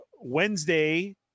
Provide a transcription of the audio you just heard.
Wednesday